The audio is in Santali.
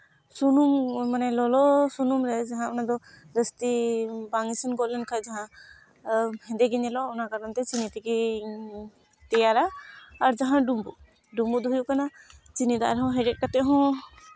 ᱥᱩᱱᱩᱢ ᱢᱟᱱᱮ ᱞᱚᱞᱚ ᱥᱩᱱᱩᱢ ᱨᱮ ᱡᱟᱦᱟᱸ ᱚᱱᱟᱫᱚ ᱡᱟᱹᱥᱛᱤ ᱵᱟᱝ ᱤᱥᱤᱱ ᱜᱚᱫ ᱞᱮᱱ ᱠᱷᱚᱡ ᱡᱟᱦᱟᱸ ᱦᱮᱸᱫᱮ ᱜᱮ ᱧᱮᱞᱚᱜᱼᱟ ᱚᱱᱟ ᱠᱟᱨᱚᱱ ᱛᱮ ᱪᱤᱱᱤ ᱛᱮᱜᱤᱧ ᱛᱮᱭᱟᱨᱟ ᱟᱨ ᱡᱟᱦᱟᱸ ᱰᱩᱢᱵᱩᱜ ᱰᱩᱢᱵᱩᱜ ᱫᱚ ᱦᱩᱭᱩᱜ ᱠᱟᱱᱟ ᱪᱤᱱᱤ ᱫᱟᱜ ᱨᱮ ᱦᱮᱰᱮᱡ ᱠᱟᱛᱮᱫ ᱦᱚᱸ